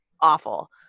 awful